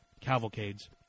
cavalcades